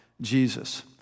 Jesus